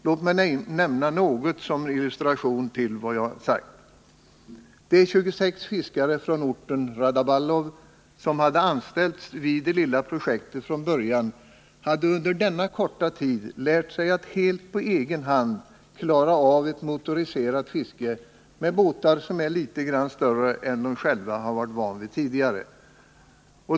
Som illustration till vad jag har sagt vill jag nämna följande. De 26 fiskare från orten Raddaballov som från början hade anställts vid det lilla projektet hade under denna korta tid lärt sig att helt på egen hand klara av ett motoriserat fiske med båtar som var litet större än de själva var vana vid.